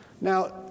Now